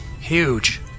Huge